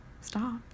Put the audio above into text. Stop